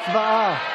הצבעה.